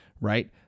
right